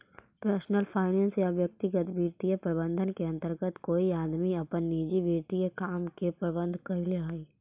personal finance या व्यक्तिगत वित्तीय प्रबंधन के अंतर्गत कोई आदमी अपन निजी वित्तीय काम के प्रबंधन करऽ हई